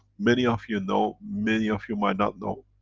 many of you know, many of you might not know.